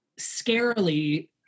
scarily